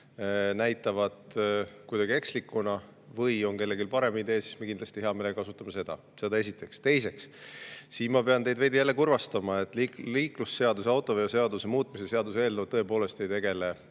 näitavad kuidagi ekslikuna või on kellelgi parem idee, siis me kindlasti hea meelega kasutame seda. Seda esiteks. Teiseks, ma pean teid veidi jälle kurvastama: liiklusseaduse ja autoveoseaduse muutmise seaduse eelnõu tõepoolest ei tegele